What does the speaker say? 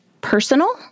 personal